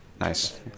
Nice